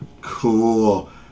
Cool